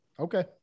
Okay